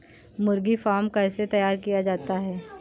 मुर्गी फार्म कैसे तैयार किया जाता है?